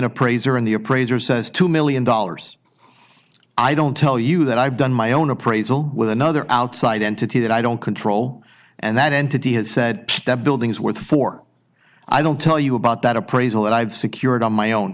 appraiser in the appraiser says two million dollars i don't tell you that i've done my own appraisal with another outside entity that i don't control and that entity has said that building is worth for i don't tell you about that appraisal that i've secured on my own